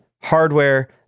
hardware